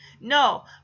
No